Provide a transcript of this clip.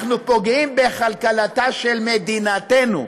אנחנו פוגעים בכלכלתה של מדינתנו,